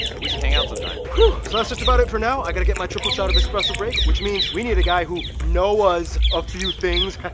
we should hang out sometime. whew, so that's just about it for now. i gotta get my triple shot of espresso break, which means we need a guy who noah s a few things,